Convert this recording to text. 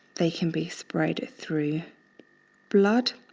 they can be spread through blood,